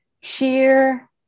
sheer